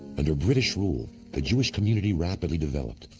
under british rule, the jewish community rapidly developed,